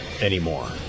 anymore